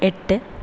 എട്ട്